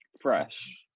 fresh